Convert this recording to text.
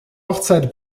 hochzeit